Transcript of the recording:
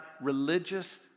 religious